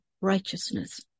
righteousness